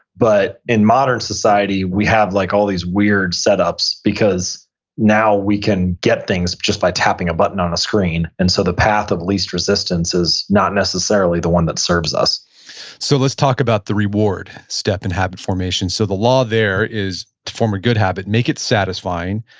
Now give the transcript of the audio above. but in modern society we have like all these weird setups because now we can get things just by tapping a button on a screen and so the path of least resistance is not necessarily the one that serves us so let's talk about the reward step in habit formation. so the law there is to form a good habit, make it satisfying,